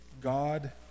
God